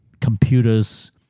computers